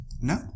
No